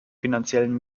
finanziellen